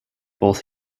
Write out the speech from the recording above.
both